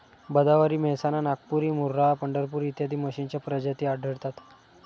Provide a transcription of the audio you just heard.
भदावरी, मेहसाणा, नागपुरी, मुर्राह, पंढरपुरी इत्यादी म्हशींच्या प्रजाती आढळतात